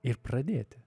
ir pradėti